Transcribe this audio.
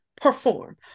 perform